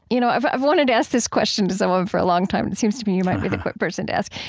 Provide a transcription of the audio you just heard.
you know, i've i've wanted to ask this question to someone for a long time. it seems to me you might be the correct person to ask.